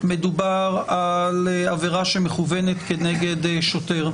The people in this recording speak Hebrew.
מדובר על עבירה שמכוונת כנגד שוטר.